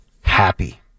Happy